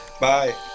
bye